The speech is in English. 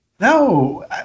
No